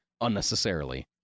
unnecessarily